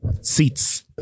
Seats